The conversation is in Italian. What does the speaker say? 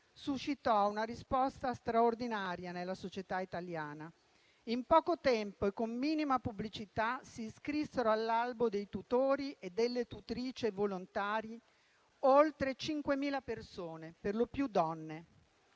suscitò una risposta straordinaria nella società italiana: in poco tempo e con minima pubblicità si iscrissero all'albo dei tutori e delle tutrici volontari oltre 5.000 persone, per lo più donne.